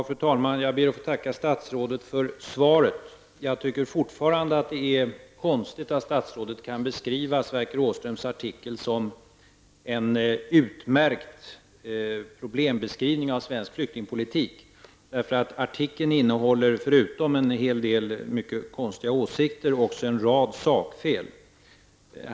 Fru talman! Jag ber att få tacka statsrådet för svaret. Jag tycker fortfarande att det är konstigt att statsrådet kan beskriva Sverker Åströms artikel som en utmärkt problembeskrivning av svensk flyktingpolitik, eftersom artikeln förutom en hel del mycket konstiga åsikter också innehåller en rad sakfel.